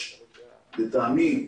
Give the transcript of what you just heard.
לטעמי,